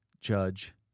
judge